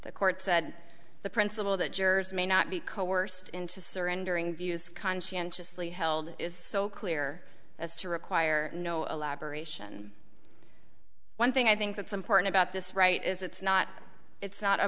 the court said the principle that jurors may not be coerced into surrendering views conscientiously held is so clear as to require no a lab aeration one thing i think that's important about this right is it's not it's not a